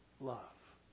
love